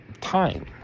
time